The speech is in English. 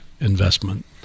investment